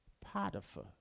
Potiphar